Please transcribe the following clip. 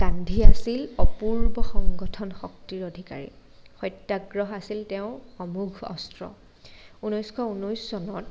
গান্ধী আছিল অপূৰ্ব সংগঠন শক্তিৰ অধিকাৰী সত্যাগ্ৰহ আছিল তেওঁৰ অমোঘ অস্ত্ৰ ঊনৈছশ ঊনৈছ চনত